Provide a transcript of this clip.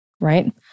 right